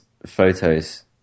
Photos